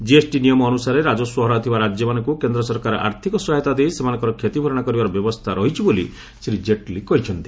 GST ନିୟମ ଅନୁସାରେ ରାଜସ୍ପ ହରାଉଥିବା ରାଜ୍ୟମାନଙ୍କୁ କେନ୍ଦ୍ର ସରକାର ଆର୍ଥିକ ସହାୟତା ଦେଇ ସେମାନଙ୍କର କ୍ଷତିଭରଣା କରିବାର ବ୍ୟବସ୍ଥା ରହିଛି ବୋଲି ଶ୍ରୀ ଜେଟଲୀ କହିଛନ୍ତି